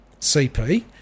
CP